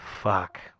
Fuck